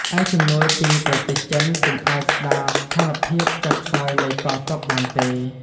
ឯជំនួយពីប្រទេសចិនពុំអាចស្ដារស្ថានភាពចុះខ្សោយនៃកងទ័ពបានទេ។